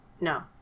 no